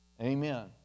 Amen